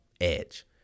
edge